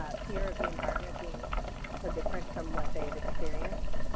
ah fear of the environment being so different from what they've experienced.